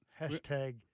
Hashtag